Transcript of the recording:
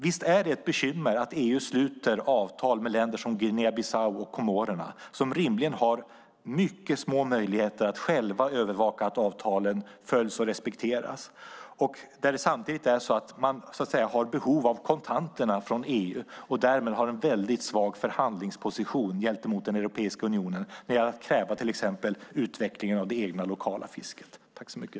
Visst är det ett bekymmer att EU sluter avtal med länder som Guinea Bissau och Komorerna, som rimligen har mycket små möjligheter att själva övervaka att avtalen följs och respekteras. Samtidigt har de behov av kontanterna från EU och har därmed en väldigt svag förhandlingsposition gentemot Europeiska unionen när det gäller att kräva till exempel utveckling av det egna lokala fisket.